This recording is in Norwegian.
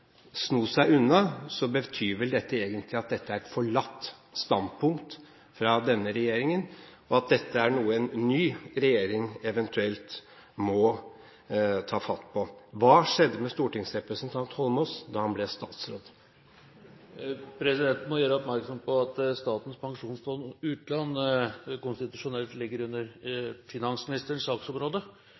sno seg unna, betyr vel egentlig at dette er et forlatt standpunkt fra denne regjeringen, og at dette er noe en ny regjering eventuelt må ta fatt på. Hva skjedde med stortingsrepresentant Holmås da han ble statsråd? Presidenten må gjøre oppmerksom på at Statens pensjonsfond utland konstitusjonelt ligger under finansministerens saksområde,